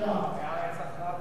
לא עברה